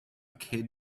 kid